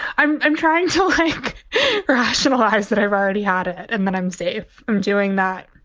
i'm i'm trying to like rationalize that. i've already had it and then i'm safe. i'm doing that.